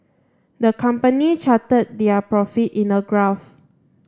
the company charted their profits in a graph